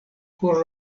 por